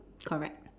correct